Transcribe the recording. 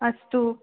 अस्तु